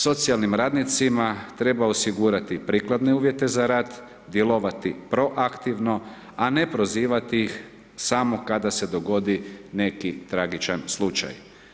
Socijalnim radnicima treba osigurati prikladne uvjete za rad, djelovati proaktivno a ne prozivati ih samo kada se dogodi neki tragičan slučaj.